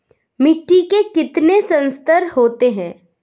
मिट्टी के कितने संस्तर होते हैं?